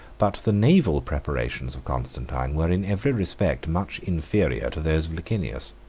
but the naval preparations of constantine were in every respect much inferior to those of licinius.